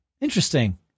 interesting